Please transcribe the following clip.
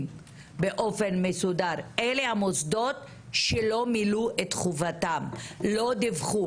באופן מסודר: אלה המוסדות שלא מילאו את חובתם ולא דיווחו.